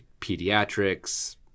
pediatrics